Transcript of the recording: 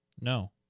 No